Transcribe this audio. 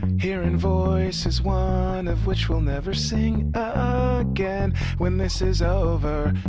hearing voices, one of which will never sing again when this is over.